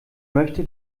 möchte